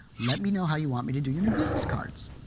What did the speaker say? let me know how you want me to do your new business cards.